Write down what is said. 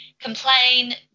complain